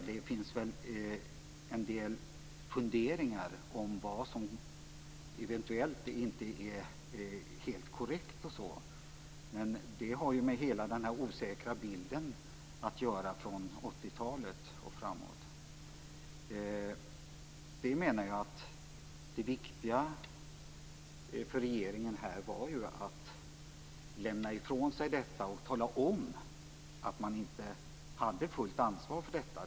Det finns en del funderingar om vad som eventuellt inte är helt korrekt, men det har med hela den osäkra bilden från 1980-talet och framåt att göra. Vi menar att det viktiga för regeringen var att lämna ifrån sig uppgifterna och tala om att man inte hade fullt ansvar för dem.